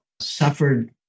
suffered